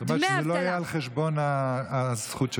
זאת אומרת, זה לא היה על חשבון הזכות שלה.